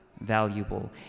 valuable